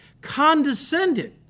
condescended